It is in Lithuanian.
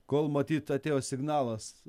kol matyt atėjo signalas